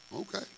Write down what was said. Okay